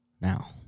Now